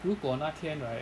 如果那天 right